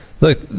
look